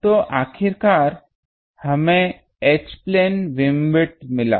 तो आखिरकार हमें H प्लेन बीमविद्थ मिला है